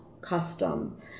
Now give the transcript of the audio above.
custom